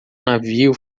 navio